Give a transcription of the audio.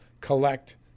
collect